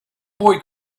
boy